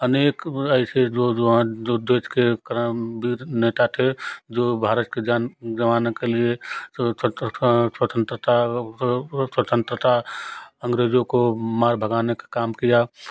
अनेक ऐसे जो जवान जो देश के काम के नेता थे जो भारत के जान गवांने के लिए सुरक्षा था स्वतंत्रता स्वतंत्रता अंग्रेज़ों को मार भगाने का काम किया